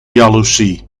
jaloezie